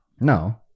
no